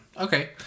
Okay